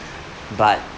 but